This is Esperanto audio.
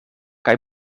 kaj